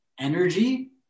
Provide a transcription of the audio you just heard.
energy